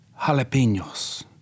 Jalapenos